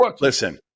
Listen